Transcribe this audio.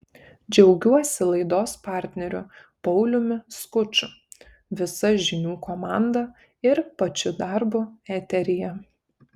džiaugiuosi laidos partneriu pauliumi skuču visa žinių komanda ir pačiu darbu eteryje